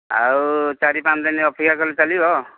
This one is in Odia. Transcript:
ଆଉ ଚାରି ପାଞ୍ଚ ଦିନ ଅପେକ୍ଷା କଲେ ଚାଲିବ